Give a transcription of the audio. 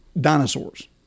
Dinosaurs